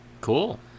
Cool